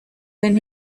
than